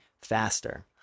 faster